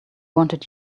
wanted